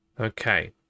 Okay